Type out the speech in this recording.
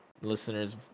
listeners